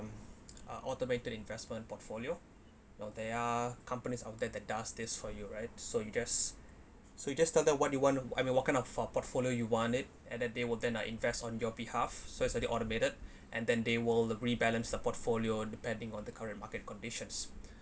um automated investment portfolio no they are companies out there that does this for you right so you just so you just started what you want to I mean what kind of fort~ portfolio you want it and then they will turn ah invest on your behalf so it's the automated and then they will agree balance the portfolio depending on the current market conditions